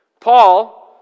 Paul